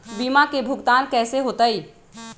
बीमा के भुगतान कैसे होतइ?